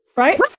right